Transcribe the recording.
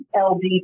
LD